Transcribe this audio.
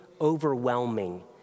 overwhelming